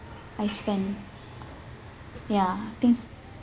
I spend ya I think it's